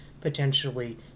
potentially